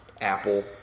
apple